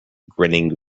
grinning